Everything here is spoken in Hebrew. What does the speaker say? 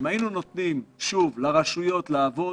אם היינו מדברים שוב לרשויות לעבוד,